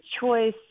choice